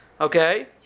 Okay